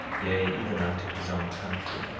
yea, even unto his own country,